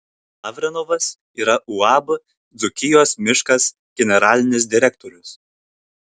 lavrenovas yra uab dzūkijos miškas generalinis direktorius